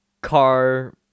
car